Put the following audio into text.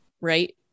right